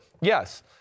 yes